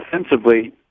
offensively